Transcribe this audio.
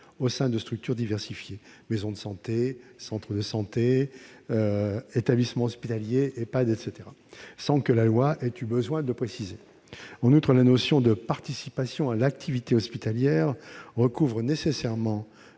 au sein de structures diversifiées- maisons de santé, centres de santé, établissements hospitaliers, Ehpad -, sans que la loi ait eu besoin de le préciser. En outre, la notion de « participation à l'activité hospitalière » recouvre nécessairement